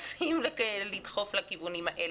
מנסים לדחוף לכיוונים האלה.